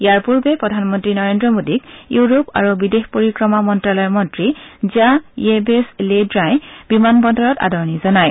ইয়াৰ পূৰ্বে প্ৰধানমন্তী নৰেন্দ্ৰ মোদীক ইউৰোপ আৰু বিদেশ পৰিক্ৰমা মন্ত্যালয়ৰ মন্ত্ৰী জ্যা ইয়েবেছ লে ড্ৰায় বিমানবন্দৰত আদৰণি জনায়